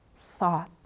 thought